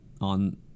on